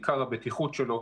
בעיקר הבטיחות שלו,